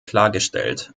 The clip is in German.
klargestellt